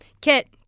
Kit